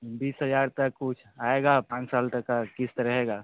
बीस हज़ार तक कुछ आएगा पाँच साल तक का किश्त रहेगा